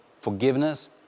forgiveness